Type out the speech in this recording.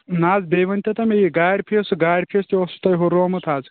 نہٕ حظ بیٚیہِ ؤنۍ تو تُہۍ مےٚ یہِ گاڑِ فیٖس گاڑَِ فیٖس تہِ اوسوٕ تۄہہِ ہُرومُت حظ